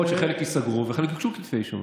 יכול להיות שחלק ייסגרו ובחלק יוגשו כתבי אישום,